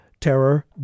terror